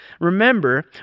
Remember